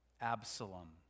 Absalom